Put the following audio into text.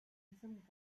diesem